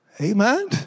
Amen